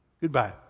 Goodbye